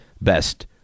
best